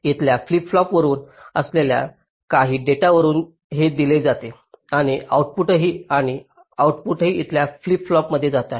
इथल्या फ्लिप फ्लॉपवरुन आलेल्या काही डेटावरून हे दिले जाते आणि आउटपुटही इथल्या फ्लिप फ्लॉपमध्ये जात आहे